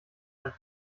einem